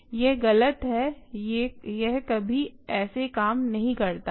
यह गलत है यह कभी ऐसे काम नहीं करता है